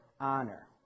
honor